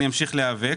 אמשיך להיאבק.